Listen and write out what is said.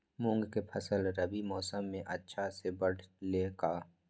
मूंग के फसल रबी मौसम में अच्छा से बढ़ ले का?